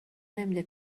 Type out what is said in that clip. نمیده